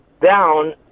down